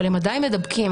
אבל הם עדיין מדבקים.